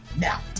Now